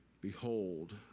behold